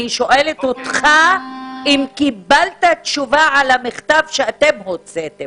אני שואלת אותך אם קיבלת תשובה על המכתב שאתם הוצאתם.